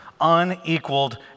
Unequaled